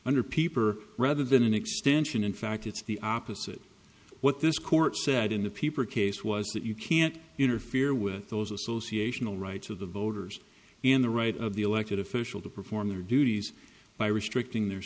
peeper rather than an extension in fact it's the opposite of what this court said in the peeper case was that you can't interfere with those association the rights of the voters and the right of the elected official to perform their duties by restricting their